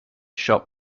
shop